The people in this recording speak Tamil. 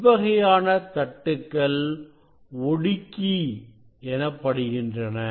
இவ்வகையான தட்டுகள் ஒடுக்கி எனப்படுகின்றன